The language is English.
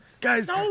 Guys